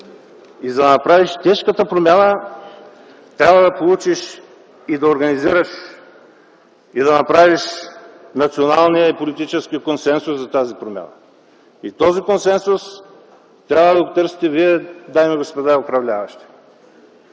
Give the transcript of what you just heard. За да направиш тежката промяна, трябва да получиш и да организираш националния политически консенсус за тази промяна. Този консенсус трябва да го търсите Вие, дами и господа управляващи.